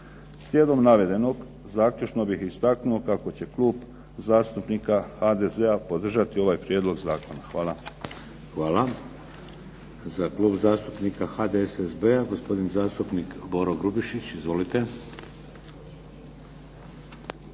Slijedom navedenog zaključno bih istaknuo kako će Klub zastupnika HDZ-a podržati ovaj Prijedlog zakona. Hvala. **Šeks, Vladimir (HDZ)** Hvala. Za Klub zastupnika HDSSB-a gospodin zastupnik Boro Grubišić. iZvolite.